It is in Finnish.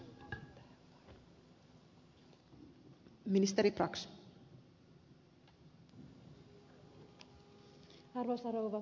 arvoisa rouva puhemies